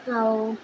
ଆଉ